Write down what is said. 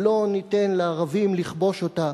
ולא ניתן לערבים לכבוש אותה,